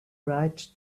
write